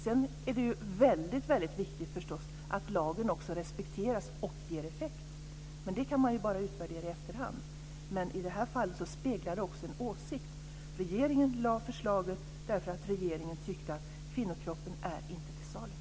Det är förstås väldigt viktigt att lagen också respekteras och ger effekt. Men det kan man bara utvärdera i efterhand. I det här fallet speglar den också en åsikt. Regeringen lade fram förslaget eftersom regeringen tyckte att kvinnokroppen inte är till salu.